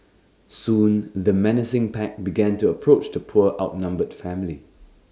soon the menacing pack began to approach the poor outnumbered family